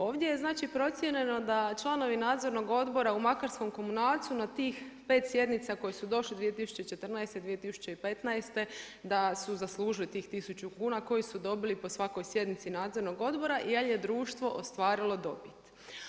Ovdje je znači procijenjeno da članovi Nadzornog odbora u makarskom Komunalcu na tih 5 sjednica na koje su došli 2014. i 2015. da su zaslužili tih 1000 kuna koje su dobili po svakoj sjednici Nadzornog odbora, jer je društvo ostvarilo dobit.